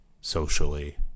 Socially